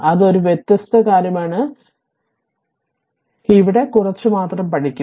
അത് ഒരു വ്യത്യസ്ത കാര്യമാണ് എന്നാൽ ഇവിടെ കുറച്ച് മാത്രം കുറച്ച് പഠിക്കും